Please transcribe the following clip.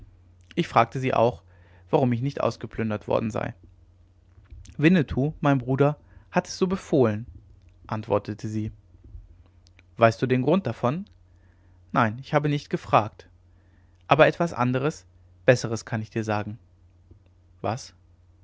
ich fragte sie auch warum ich nicht ausgeplündert worden sei winnetou mein bruder hat es so befohlen antwortete sie weißt du den grund davon nein ich habe nicht gefragt aber etwas anderes besseres kann ich dir sagen was